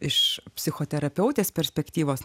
iš psichoterapeutės perspektyvos